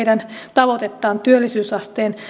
tavoitetta työllisyysasteen